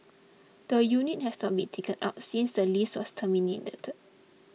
the unit has not been taken up since the lease was terminated